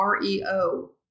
REO